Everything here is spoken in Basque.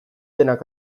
denak